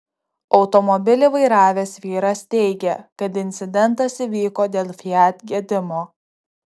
automobilį vairavęs vyras teigė kad incidentas įvyko dėl fiat gedimo